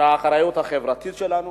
שהאחריות החברתית שלנו